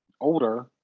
older